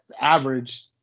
average